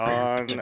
on